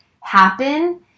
happen